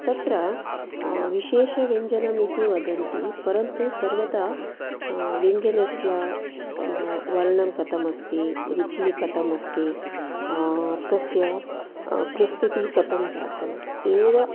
तत्र विशेषव्यञ्जनम् इति वदन्ति परन्तु सर्वथा व्यञ्जनस्य वर्णं कथमस्ति ऋचिः कथमस्ति तस्य प्रस्तुतिः कथं जातं एव